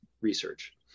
research